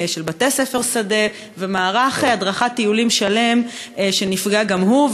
של בתי-ספר שדה ושל מערך הדרכת טיולים שלם שנפגע גם הוא.